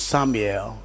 Samuel